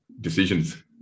decisions